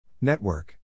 Network